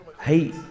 hey